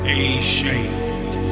ashamed